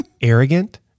arrogant